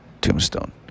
tombstone